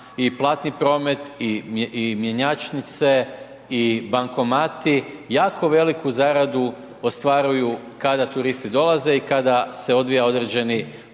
i platni promet i mjenjačnice i bankomati, jako veliku zaradu ostvaruju kada turisti dolaze i kada se odvija određeni platni